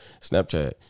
Snapchat